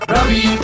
Ravi